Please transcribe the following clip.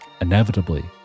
inevitably